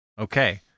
Okay